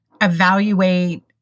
evaluate